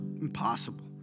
impossible